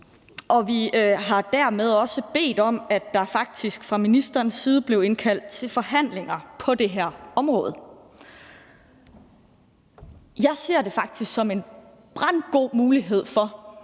forbindelse også bedt om, at der faktisk fra ministerens side blev indkaldt til forhandlinger på det her område. Jeg ser det faktisk som en brandgod mulighed for,